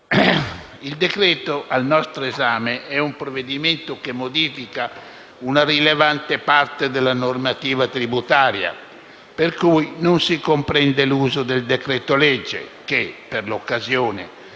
il decreto al nostro esame è un provvedimento che modifica una rilevante parte della normativa tributaria, per cui non si comprende l'uso del decreto-legge che, per l'occasione